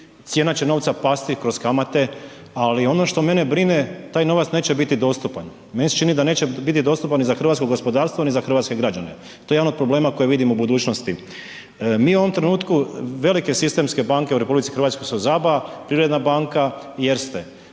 cijena će novca pasti kroz kamate, ali ono što mene brine, taj novac neće biti dostupan. Meni se čini da neće biti dostupan ni za hrvatsko gospodarstvo, ni za hrvatske građane. To je jedan od problema koji vidim u budućnosti. Mi u ovom trenutku, velike sistemske banke u RH su ZABA, Privredna banka i